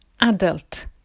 adult